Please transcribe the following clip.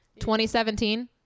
2017